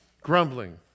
Grumbling